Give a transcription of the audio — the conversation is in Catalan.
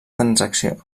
transacció